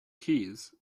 keys